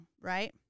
right